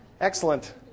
Excellent